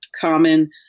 common